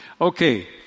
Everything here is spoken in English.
Okay